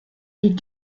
des